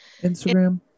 Instagram